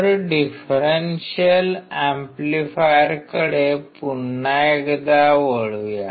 तर डिफरेंशियल एम्पलीफायरकडे पुन्हा एकदा वळूया